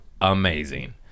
amazing